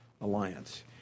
Alliance